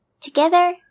Together